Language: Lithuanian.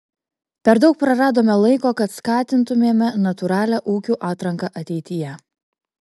per daug praradome laiko kad skatintumėme natūralią ūkių atranką ateityje